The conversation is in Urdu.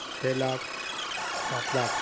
چھ لاکھ سات لاکھ